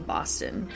Boston